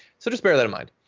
so just bear that in mind.